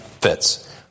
Fits